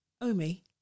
Omi